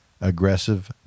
aggressive